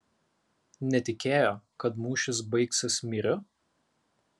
netikėjo kad mūšis baigsis myriu